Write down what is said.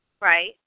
right